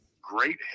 great